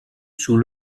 sous